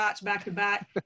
back-to-back